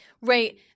Right